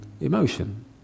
emotion